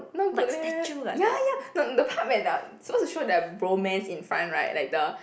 not good leh ya ya not the part where the suppose to show that bromance in front right like the